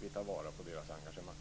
vi tar vara på deras engagemang.